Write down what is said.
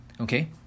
Okay